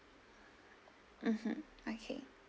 mmhmm okay